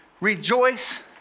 Rejoice